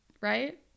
right